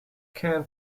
can